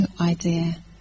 idea